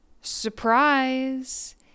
Surprise